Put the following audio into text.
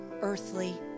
earthly